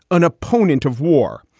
an opponent of war,